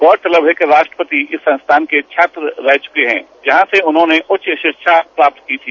गौरतलब है कि राष्ट्रपति इस संस्थान के छात्र रह चुके है जहां से उन्होंने उच्च शिक्षा प्राप्त की थी